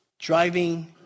driving